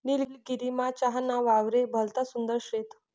निलगिरीमा चहा ना वावरे भलता सुंदर शेत